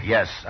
Yes